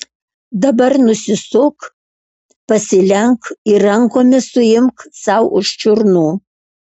dabar nusisuk pasilenk ir rankomis suimk sau už čiurnų